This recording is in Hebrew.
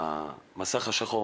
המסך השחור